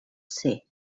ser